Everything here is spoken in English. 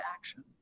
action